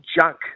junk